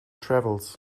travels